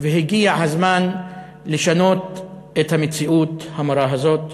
והגיע הזמן לשנות את המציאות המרה הזאת.